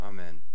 Amen